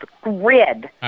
grid